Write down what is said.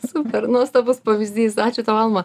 super nuostabus pavyzdys ačiū tau alma